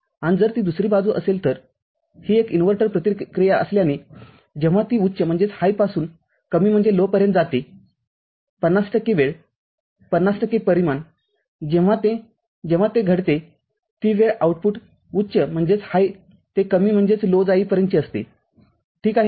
आणि जर ती दुसरी बाजू असेल तर ही एक इन्व्हर्टर प्रतिक्रिया असल्याने जेव्हा ती उच्चपासून कमीपर्यंत जाते ५० टक्के वेळ५० टक्के परिमाण जेव्हा ते जेव्हा ते घडते ती वेळ आउटपुटउच्चते कमी जाईपर्यंतची असते ठीक आहे